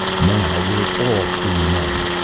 now we're all free men!